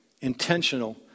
intentional